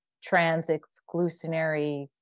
trans-exclusionary